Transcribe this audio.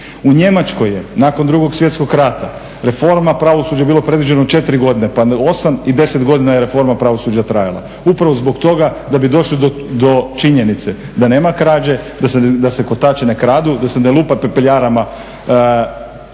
U Njemačkoj je nakon Drugog svjetskog rata reforma pravosuđa bilo predviđeno četiri godine, pa osam i deset godina je reforma pravosuđa trajala. Upravo zbog toga da bi došli do činjenice da nema krađe, da se kotači ne kradu, da se ne lupa pepeljarama.